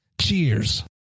Cheers